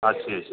હા છે છે